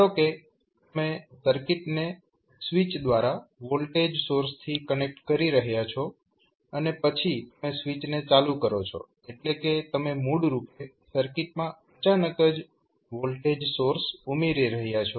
ધારો કે તમે સર્કિટને સ્વીચ દ્વારા વોલ્ટેજ સોર્સથી કનેક્ટ કરી રહ્યાં છો અને પછી તમે સ્વીચને ચાલુ કરો છો એટલે કે તમે મૂળરૂપે સર્કિટમાં અચાનક જ વોલ્ટેજ સોર્સ ઉમેરી રહ્યા છો